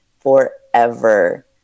forever